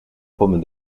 pomme